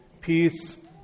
peace